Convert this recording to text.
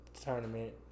tournament